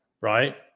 Right